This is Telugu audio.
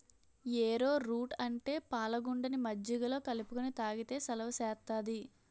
ఏరో రూట్ అంటే పాలగుండని మజ్జిగలో కలుపుకొని తాగితే సలవ సేత్తాది